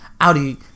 Audi